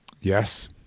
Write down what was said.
Yes